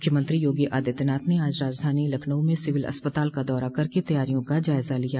मुख्यमंत्री योगी आदित्यनाथ ने आज राजधानी लखनऊ में सिविल अस्पताल का दौरा करके तैयारियों का जायजा लिया